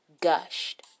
gushed